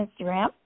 Instagram